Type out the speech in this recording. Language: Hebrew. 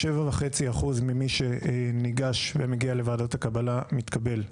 97.5% ממי שניגש ומגיע לוועדת הקבלה מתקבל.